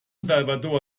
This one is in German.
salvador